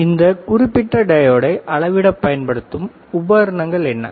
எனவே இந்த குறிப்பிட்ட டையோடை அளவிட பயன்படுத்தப்படும் உபகரணங்கள் என்ன